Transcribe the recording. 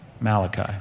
Malachi